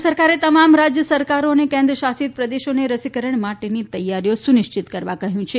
કેન્વ્વ સરકારે તમામ રાજ્ય સરકારો અને કેન્ક્રશાસિત પ્રદેશોને રસીકરણ માટેની તૈયારીઓ સુનિશ્ચિત કરવા કહ્યું છે